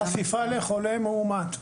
בחשיפה לחולה מאומת,